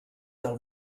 del